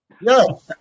No